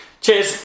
Cheers